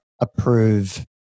approve